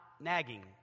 nagging